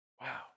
Wow